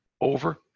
over